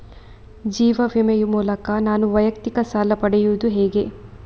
ಜೀವ ವಿಮೆ ಮೂಲಕ ನಾನು ವೈಯಕ್ತಿಕ ಸಾಲ ಪಡೆಯುದು ಹೇಗೆ?